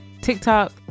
TikTok